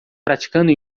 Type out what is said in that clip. praticando